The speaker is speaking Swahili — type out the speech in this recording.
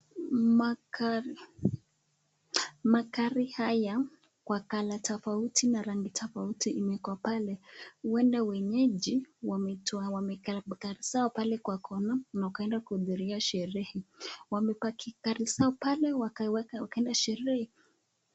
Magari haya kwa color tofauti na rangi tofauti yameweka pale huenda wenyeji wametoa magari zao pale kwa kona wakaenda kuhudhuria sherehe, wamepaki gari zao pale wakaweka na wakaenda sherehe.